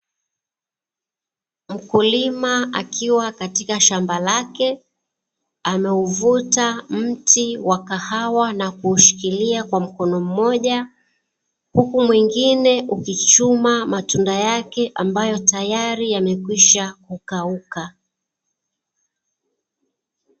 Mkulima akiwa katika shamba lake, ameuvuta mti wa kahawa na kuushikilia kwa mkono mmoja, huku mwingine ukichuma matunda yake ambayo tayari yamekwisha kukauka.